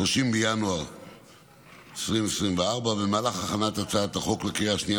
30 בינואר 2024. במהלך הכנת הצעת החוק לקריאה השנייה